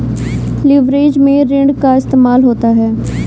leverage में ऋण का इस्तेमाल होता है